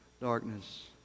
darkness